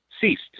ceased